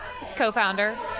co-founder